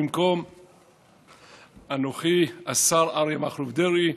במקום השר אריה דרעי,